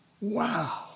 Wow